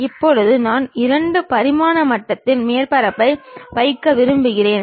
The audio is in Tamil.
கிடைமட்ட தளத்தை பொறுத்து மேலே மற்றும் கீழே என்று கூறுவோம்